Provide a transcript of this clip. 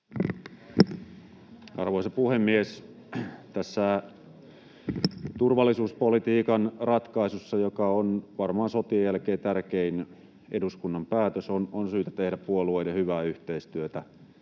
Arvoisa puhemies! Tässä turvallisuuspolitiikan ratkaisussa, joka on varmaan sotien jälkeen tärkein eduskunnan päätös, on syytä tehdä puolueiden hyvää yhteistyötä,